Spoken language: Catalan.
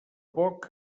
poc